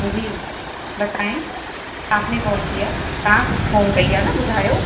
जी बतायें आपने कॉल किया तव्हां फ़ोन कई आहे न ॿुधायो